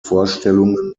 vorstellungen